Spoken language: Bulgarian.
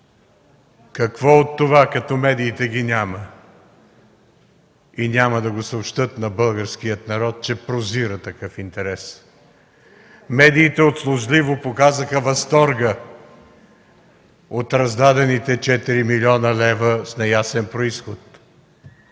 Какво от това, като медиите ги няма? Няма да съобщят на българския народ, че прозира такъв интерес. Медиите услужливо показаха възторга от раздадените 4 млн. лв. с неясен произход.